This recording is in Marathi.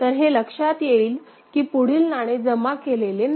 तर हे लक्षात येईल की पुढील नाणे जमा केले गेलेले नाही